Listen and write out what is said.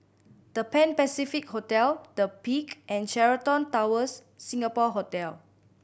The Pan Pacific Hotel The Peak and Sheraton Towers Singapore Hotel